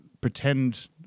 pretend